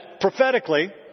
prophetically